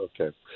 Okay